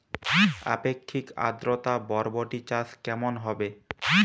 আপেক্ষিক আদ্রতা বরবটি চাষ কেমন হবে?